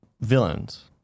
villains